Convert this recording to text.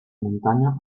muntanya